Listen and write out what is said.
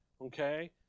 Okay